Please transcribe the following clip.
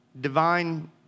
Divine